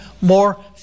more